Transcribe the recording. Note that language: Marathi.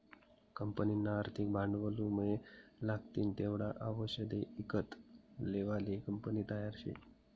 कंपनीना आर्थिक भांडवलमुये लागतीन तेवढा आवषदे ईकत लेवाले कंपनी तयार शे